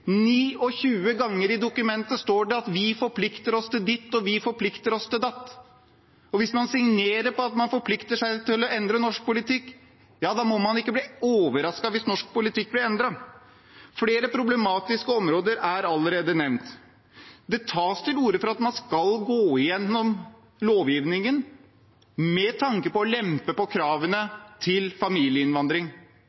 29 ganger i dokumentet står det at vi forplikter oss til ditt, og vi forplikter oss til datt. Hvis man signerer på at man forplikter seg til å endre norsk politikk, da må man ikke bli overrasket hvis norsk politikk blir endret. Flere problematiske områder er allerede nevnt. Det tas til orde for at man skal gå gjennom lovgivningen med tanke på å lempe på kravene